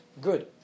good